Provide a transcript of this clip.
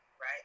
right